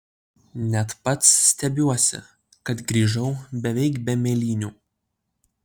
net pats stebiuosi kad grįžau beveik be mėlynių